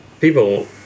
people